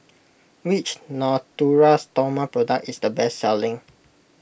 which Natura Stoma product is the best selling